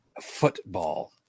football